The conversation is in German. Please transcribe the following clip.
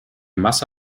masse